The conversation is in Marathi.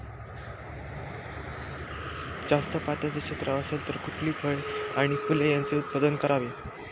जास्त पात्याचं क्षेत्र असेल तर कुठली फळे आणि फूले यांचे उत्पादन करावे?